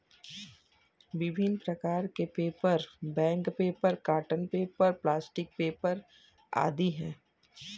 विभिन्न प्रकार के paper, bank paper, cotton paper, blotting paper आदि हैं